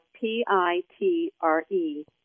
P-I-T-R-E